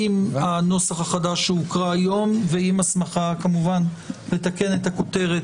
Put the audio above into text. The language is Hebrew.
הנוסח החדש שהוקרא היום ועם הסמכה כמובן לתקן את הכותרת